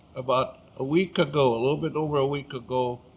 about a week ago, a little bit over a week ago,